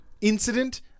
incident